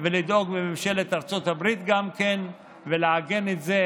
לדאוג שגם מממשלת ארצות הברית ולעגן את זה,